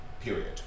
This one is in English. period